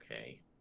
okay